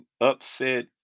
upset